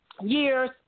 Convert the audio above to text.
years